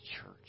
church